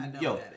yo